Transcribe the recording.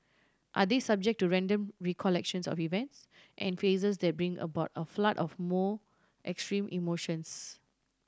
are they subject to random recollections of events and faces that bring about a flood of more extreme emotions